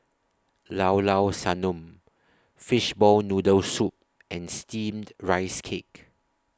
Llao Llao Sanum Fishball Noodle Soup and Steamed Rice Cake